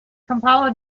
kampala